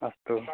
अस्तु